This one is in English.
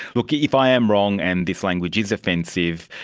like yeah if i am wrong and this language is offensive,